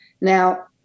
Now